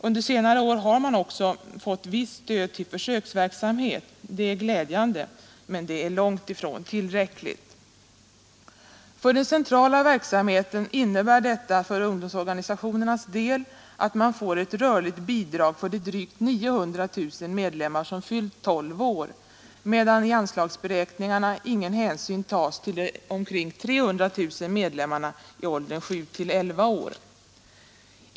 Under senare år har man också fått visst stöd till försöksverksamhet — det är glädjande men långtifrån tillräckligt. För den centrala verksamheten innebär detta för ungdomsorganisationernas del att man får ett rörligt bidrag för de drygt 900 000 medlemmar som fyllt 12 år, medan i anslagsberäkningarna ingen hänsyn tas till omkring 300 000 medlemmar i åldern 7—11 år.